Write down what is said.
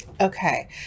Okay